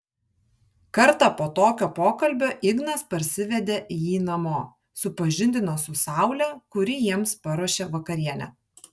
kartą po tokio pokalbio ignas parsivedė jį namo supažindino su saule kuri jiems paruošė vakarienę